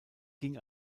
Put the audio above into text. ging